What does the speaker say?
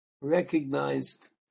recognized